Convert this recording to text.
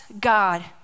God